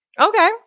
Okay